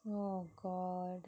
oh god